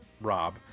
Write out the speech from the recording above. Rob